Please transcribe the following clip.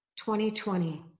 2020